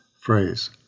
phrase